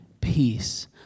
peace